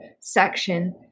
section